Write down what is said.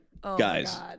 guys